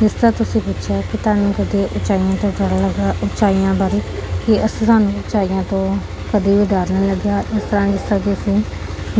ਜਿਸ ਤਰ੍ਹਾਂ ਤੁਸੀਂ ਪੁਛਿਆਂ ਕਿ ਤੁਹਾਨੂੰ ਕਦੇ ਉਚਾਈਆਂ ਤੋਂ ਡਰ ਲੱਗਾ ਉਚਾਈਆਂ ਬਾਰੇ ਕੀ ਅਸੀਂ ਤੁਹਾਨੂੰ ਉਚਾਈਆਂ ਤੋਂ ਕਦੀ ਵੀ ਡਰ ਨਹੀਂ ਲੱਗਿਆ ਇਸ ਤਰ੍ਹਾਂ ਜਿਸ ਕਰਕੇ ਅਸੀਂ